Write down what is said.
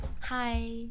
Hi